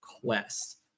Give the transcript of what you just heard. quest